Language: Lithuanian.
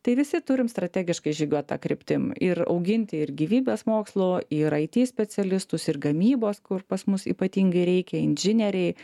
tai visi turim strategiškai žygiuot ta kryptim ir auginti ir gyvybės mokslų ir it specialistus ir gamybos kur pas mus ypatingai reikia inžinieriai